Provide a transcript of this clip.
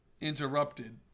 interrupted